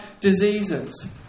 diseases